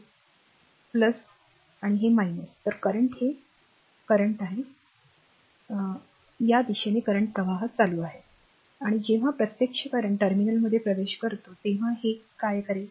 तर current हे current आहे क्षमस्व हे टर्मिनल आहे या दिशेने current प्रवाह चालू आहे आणि जेव्हा प्रत्यक्ष current टर्मिनलमध्ये प्रवेश करते तेव्हा हे काय करेल